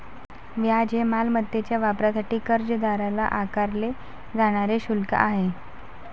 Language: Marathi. व्याज हे मालमत्तेच्या वापरासाठी कर्जदाराला आकारले जाणारे शुल्क आहे